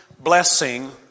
blessing